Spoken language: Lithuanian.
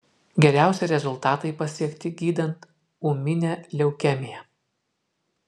geriausi rezultatai pasiekti gydant ūminę leukemiją